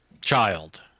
child